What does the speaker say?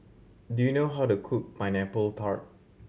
do you know how to cook Pineapple Tart